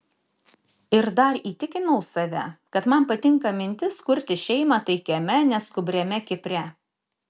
ir dar įtikinau save kad man patinka mintis kurti šeimą taikiame neskubriame kipre